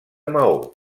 maó